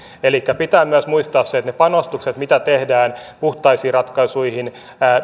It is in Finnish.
elikkä pitää myös muistaa että ne panostukset mitä tehdään puhtaisiin ratkaisuihin